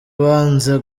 banze